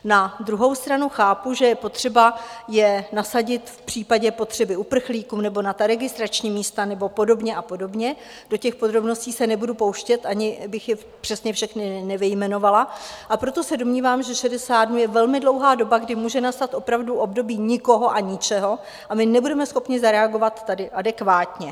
Na druhou stranu chápu, že je potřeba je nasadit v případě potřeby uprchlíků nebo na ta registrační místa nebo podobně a podobně, do těch podrobností se nebudu pouštět, ani bych je přesně všechny nevyjmenovala, a proto se domnívám, že 60 dní je velmi dlouhá doba, kdy může nastat opravdu období nikoho a ničeho a my nebudeme schopni tady zareagovat adekvátně.